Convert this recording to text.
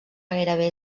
gairebé